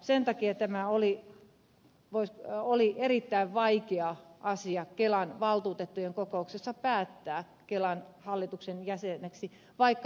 sen takia tämä oli erittäin vaikea asia kelan valtuutettujen kokouksessa päättää valita kansanedustajaa kelan hallituksen jäseneksi vaikka ihmisenä ed